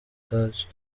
touch